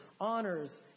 honors